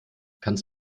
kannst